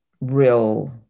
real